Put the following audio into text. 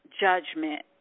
judgment